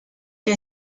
que